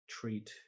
treat